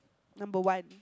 number one